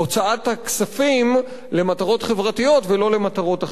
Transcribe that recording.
הכספים למטרות חברתיות ולא למטרות אחרות.